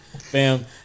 fam